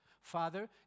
Father